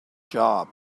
job